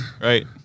Right